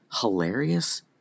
hilarious